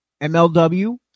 MLW